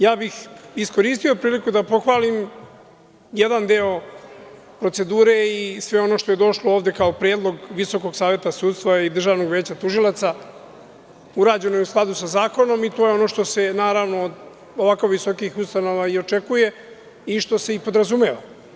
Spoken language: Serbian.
Ja bih iskoristio priliku da pohvalim jedan deo procedura i sve ono što je došlo ovde kao predlog VSS i Državnog veća tužilaca, urađeno je u skladu sa zakonom i to je ono što se od ovako visokih ustanova i očekuje i što se i podrazumeva.